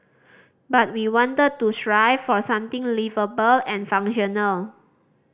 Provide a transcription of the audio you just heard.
but we wanted to strive for something liveable and functional